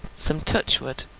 some touchwood,